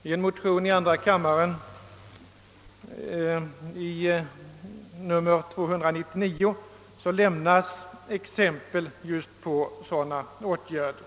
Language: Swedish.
I motionen 299 i andra kammaren lämnas exempel just på sådana åtgärder.